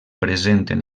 presenten